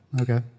okay